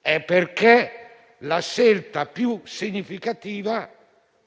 è perché la scelta più significativa